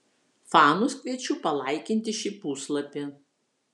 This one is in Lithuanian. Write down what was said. fanus kviečiu palaikinti šį puslapį